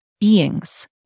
beings